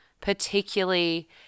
particularly